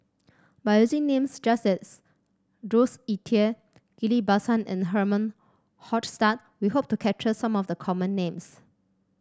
by using names just as Jules Itier Ghillie Basan and Herman Hochstadt we hope to capture some of the common names